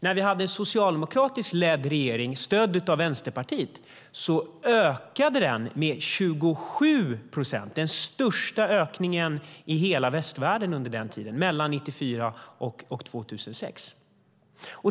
När vi hade en socialdemokratiskt ledd regering, stödd av Vänsterpartiet, ökade den med 27 procent, den största ökningen i hela västvärlden under den tiden, mellan 1994 och 2006.